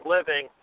Living